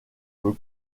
peut